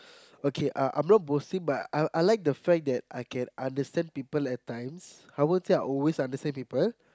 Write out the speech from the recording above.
okay uh I'm not boasting but I I like the fact that I can understand people at times I won't say I always understand people